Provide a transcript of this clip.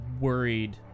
worried